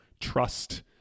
trust